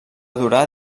durar